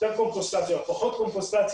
יותר קומפוסטציה או פחות קומפוסטציה,